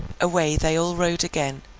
away they all rode again,